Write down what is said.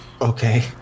Okay